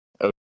Okay